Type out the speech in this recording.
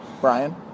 Brian